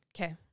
Okay